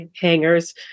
hangers